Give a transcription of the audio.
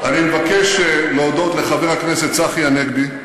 אני מבקש להודות לחבר הכנסת צחי הנגבי,